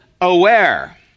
aware